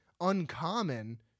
uncommon